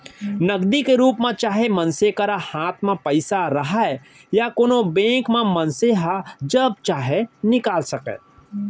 नगदी के रूप म चाहे मनसे करा हाथ म पइसा रहय या कोनों बेंक म मनसे ह जब चाहे निकाल सकय